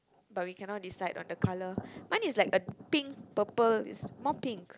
but we cannot decide on the colour mine is like the pink purple is more pink